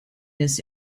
this